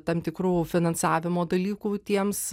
tam tikrų finansavimo dalykų tiems